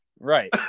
Right